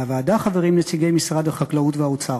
בוועדה חברים נציגי משרד החקלאות והאוצר.